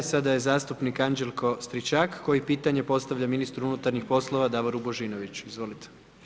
Sada je dalje zastupnik Anđelko Stričak koji pitanje postavlja ministru unutarnji poslova Davoru Božinoviću, izvolite.